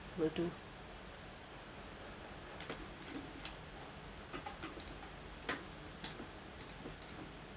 will do